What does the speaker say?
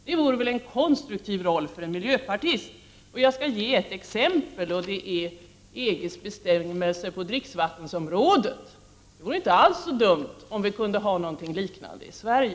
Detta vore väl en konstruktiv roll för en miljöpartist. Jag skall ge ett exempel, nämligen EG:s bestämmelser på dricksvattensområdet. Det vore inte alls så dumt om vi kunde ha något liknande i Sverige.